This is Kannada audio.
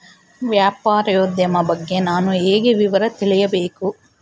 ವ್ಯಾಪಾರೋದ್ಯಮ ಬಗ್ಗೆ ನಾನು ಹೇಗೆ ವಿವರ ತಿಳಿಯಬೇಕು?